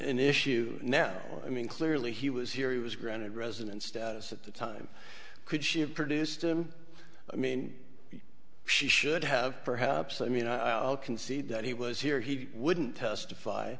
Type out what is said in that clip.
an issue now i mean clearly he was here he was granted resident status at the time could she have produced him i mean she should have perhaps i mean i'll concede that he was here he wouldn't testify